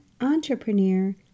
entrepreneur